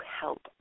help